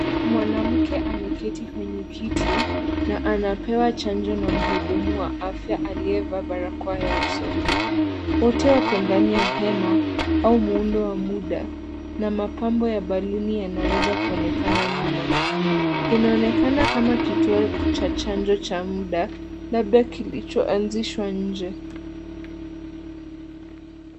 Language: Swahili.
Mwanamke ameketi kwenye kiti na anapewa chanjo na mhudumu wa afya aliyevaa barakoa ya uso, wote wako ndani ya hema au muundo wa muda na mapambo ya baluni yanaweza kuonekana nyuma inaonekana kama kituo cha chanjo cha muda labda kilicho anzishwa nje.